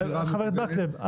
חבר הכנסת מקלב,